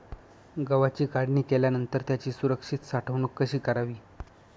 गव्हाची काढणी केल्यानंतर त्याची सुरक्षित साठवणूक कशी करावी?